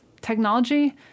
technology